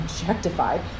objectified